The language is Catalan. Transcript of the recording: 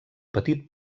petit